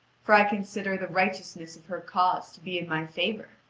for i consider the righteousness of her cause to be in my favour.